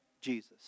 Jesus